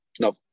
No